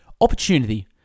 Opportunity